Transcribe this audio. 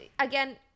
Again